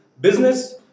business